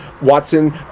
Watson